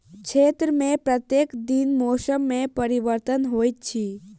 क्षेत्र में प्रत्येक दिन मौसम में परिवर्तन होइत अछि